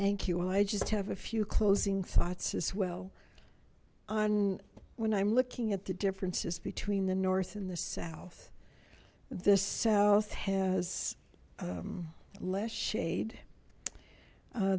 thank you i just have a few closing thoughts as well on when i'm looking at the differences between the north and the south the south has less shade